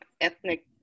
ethnic